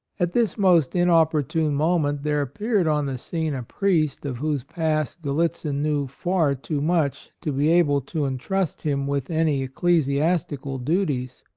at this most inopportune moment there appeared on the scene a priest of whose past gallitzin knew far too much to be able to entrust him with any ecclesiastical duties.